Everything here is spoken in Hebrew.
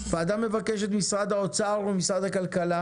הוועדה מבקשת ממשרד האוצר וממשרד הכלכלה